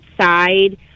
side